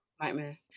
nightmare